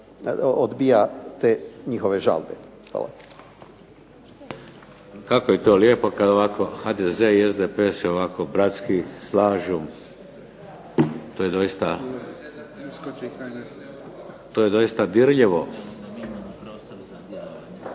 odbija te njihove žalbe. Hvala. **Šeks, Vladimir (HDZ)** Kako je to lijepo kad ovako HDZ i SDP se ovako bratski slažu. To je doista dirljivo.